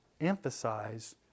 emphasize